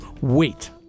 wait